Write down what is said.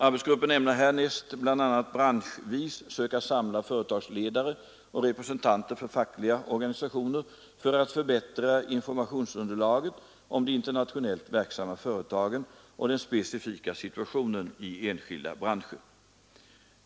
Arbetsgruppen ämnar härnäst bl.a. branschvis söka samla företagsledare och representanter för fackliga organisationer för att förbättra informationsunderlaget om de internationellt verksamma företagen och den specifika situationen i enskilda branscher.